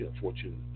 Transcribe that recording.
Fortune